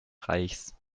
reichs